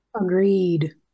Agreed